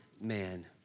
man